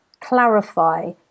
clarify